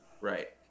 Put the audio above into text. right